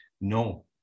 no